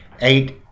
eight